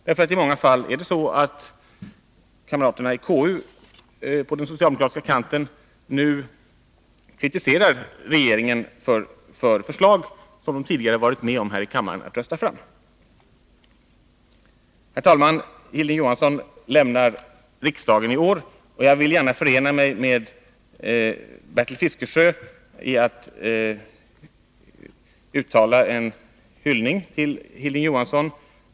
I många fall är det nämligen så att kamraterna i KU på den socialdemokratiska kanten nu kritiserar regeringen för förslag som de tidigare här i kammaren varit med om att rösta fram. Herr talman! Hilding Johansson lämnar riksdagen i år, och jag vill gärna förena mig med Bertil Fiskesjös hyllning till Hilding Johansson.